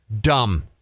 dumb